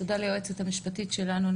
תודה ליועצת המשפטית שלנו,